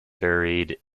buried